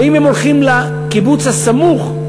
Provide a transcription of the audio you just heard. ואם הם הולכים לקיבוץ הסמוך,